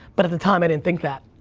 but at the time, i didn't think that,